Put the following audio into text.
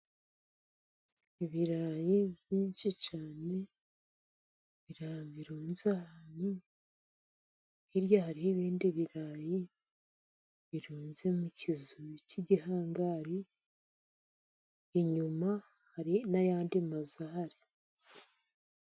Ibirayi byinshi cyane birunze ahantu, hirya hariyo ibindi birayi birunze mu kizu cy'igihangari, inyuma hari n'ayandi mazu ahari.